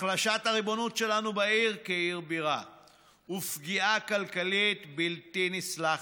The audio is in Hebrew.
החלשת הריבונות שלנו בעיר כעיר בירה ופגיעה כלכלית בלתי נסלחת,